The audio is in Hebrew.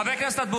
חברי הכנסת.